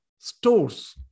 stores